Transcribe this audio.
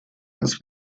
dass